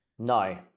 No